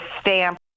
stamp